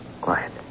Quiet